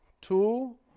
Two